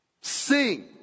Sing